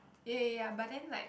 ya ya ya but then like